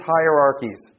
hierarchies